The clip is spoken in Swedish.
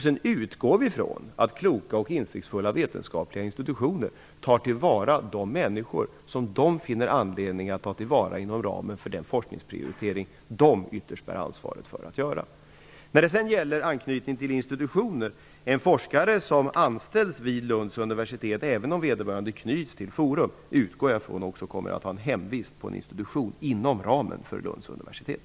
Sedan utgår vi från att kloka och insiktsfulla vetenskapliga instituitioner tar till vara de människor som de finner anledning att ta till vara inom ramen för den forskningsprioritering som de ytterst bär ansvaret för att göra. När det gäller anknytningen till institution vill jag framhålla att jag utgår från att en forskare som anställs vid Lunds universitet -- även om vederbörande knyts till Forum -- kommer att ha sin hemvist på en institution inom ramen för Lunds universitet.